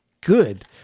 good